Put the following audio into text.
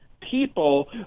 people